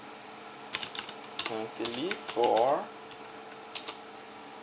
matterly for